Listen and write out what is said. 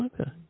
Okay